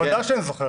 בוודאי שאני זוכר.